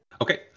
okay